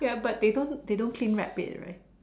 ya but they don't they don't cling wrap it right